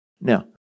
Now